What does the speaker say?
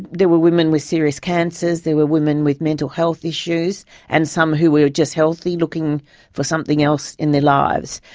there were women with serious cancers, there were women with mental health issues and some who were just healthy, looking for something else in their lives.